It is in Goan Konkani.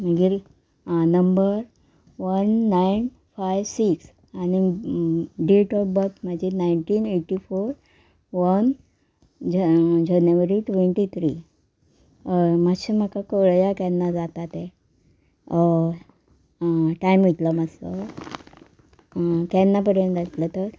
मागीर आं number one nine five six आनी डेट ऑफ बर्थ म्हाजी nineteen eighty four one January twenty three हय मातशें म्हाका कळया केन्ना जाता तें हय आं टायम वयतलो मातसो केन्ना पर्यंत जातलो तर